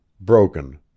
broken